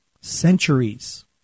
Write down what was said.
Centuries